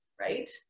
right